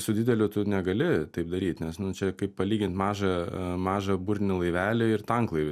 su dideliu tu negali taip daryt nes nu čia kaip palygint mažą mažą burinį laivelį ir tanklaivį